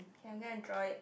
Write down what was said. can go and draw it